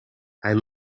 hij